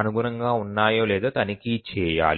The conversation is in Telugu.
అనుగుణంగా ఉన్నాయో లేదో తనిఖీ చేయాలి